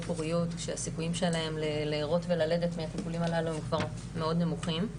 פוריות שהסיכויים שלהן להרות וללדת הם כבר מאוד נמוכים,